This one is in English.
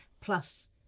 plus